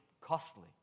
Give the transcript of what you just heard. costly